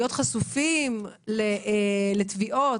להיות חשופים לתביעות,